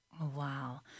Wow